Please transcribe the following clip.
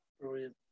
brilliant